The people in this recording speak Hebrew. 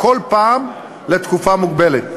כל פעם לתקופה מוגבלת,